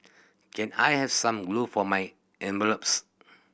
can I have some glue for my envelopes